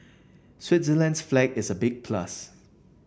Switzerland's flag is a big plus